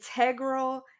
integral